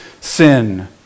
sin